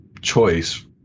choice